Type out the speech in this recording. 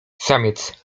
samiec